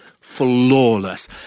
flawless